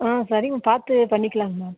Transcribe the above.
ஆ சரிங்க பார்த்து பண்ணிக்கலாங்க மேம்